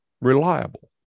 reliable